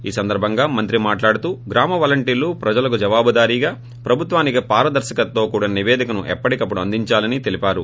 ఈ సందర్బంగా మంత్రి మాట్లాడుతూ గ్రామ వాలంటీర్లు ప్రజలకు జవాబుదారీగా ప్రభుత్వానికి పారదర్శకతతో కూడిన నిపేదికను ఎప్పటికప్పుడు అందించాలని తెలిపారు